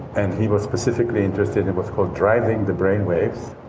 and he was specifically interested in what's called driving the brain waves